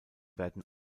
werden